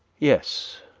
yes,